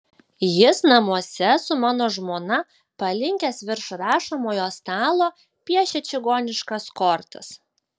jis namuose su mano žmona palinkęs virš rašomojo stalo piešia čigoniškas kortas